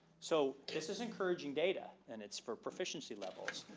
so this is encouraging data, and it's for proficiency levels.